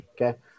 okay